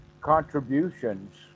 contributions